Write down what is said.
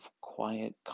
quiet